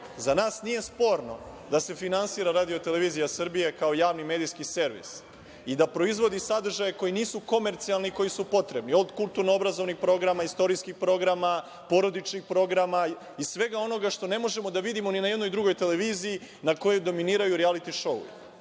Za nas nije sporno da se finansira RTS kao javni medijski servis i da proizvodi sadržaje koji nisu komercijalni i koji su potrebni, od kulturno-obrazovanih programa, istorijskih programa, porodičnih programa i svega onoga što ne možemo da vidimo ni na jednoj drugoj televiziji na kojoj dominiraju rijaliti šoui.